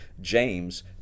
James